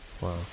Wow